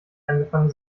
angefangen